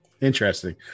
Interesting